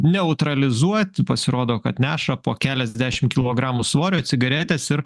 neutralizuot pasirodo kad neša po keliasdešim kilogramų svorio cigaretes ir